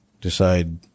decide